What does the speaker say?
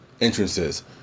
entrances